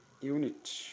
unit